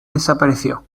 desapareció